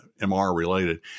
MR-related